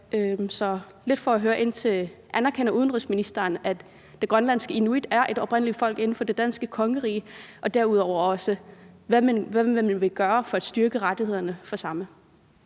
er lidt for at spørge ind til, om udenrigsministeren anerkender, at de grønlandske inuit er et oprindeligt folk inden for det danske kongerige, og derudover også, hvad man vil gøre for at styrke rettighederne for de samme.